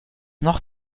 noch